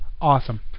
awesome